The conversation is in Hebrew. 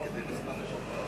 כדי שלא